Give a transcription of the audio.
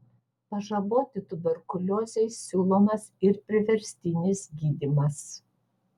pažaboti tuberkuliozei siūlomas ir priverstinis gydymas